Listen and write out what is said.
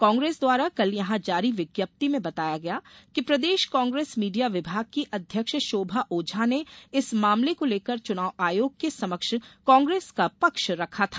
कांग्रेस द्वारा कल यहां जारी विज्ञप्ति में बताया गया कि प्रदेश कांग्रेस मीडिया विभाग की अध्यक्ष शोभा ओझा ने इस मामले को लेकर चुनाव आयोग के समक्ष कांग्रेस का पक्ष रखा था